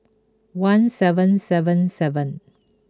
one seven seven seven